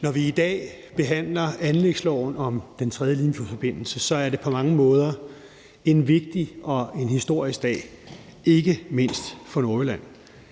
Når vi i dag behandler anlægsloven om Den 3. Limfjordsforbindelse, er det på mange måder en vigtig og en historisk dag, ikke mindst for Nordjylland.